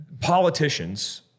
politicians